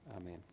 amen